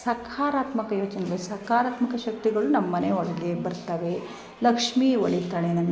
ಸಕಾರಾತ್ಮಕ ಯೋಚನೆಗಳು ಸಕಾರಾತ್ಮಕ ಶಕ್ತಿಗಳು ನಮ್ಮ ಮನೆ ಒಳಗೆ ಬರ್ತಾವೆ ಲಕ್ಷ್ಮೀ ಒಲಿತಾಳೆ ನಮಗೆ